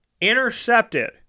intercepted